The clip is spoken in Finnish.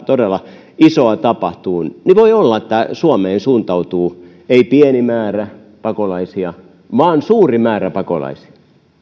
todella isoa tapahtuu niin voi olla että suomeen suuntautuu ei pieni määrä pakolaisia vaan suuri määrä pakolaisia